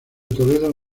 toledo